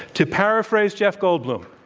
to paraphrase jeff goldblum,